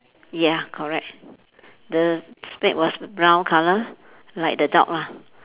ya correct the spade was brown colour like the dog lah